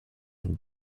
and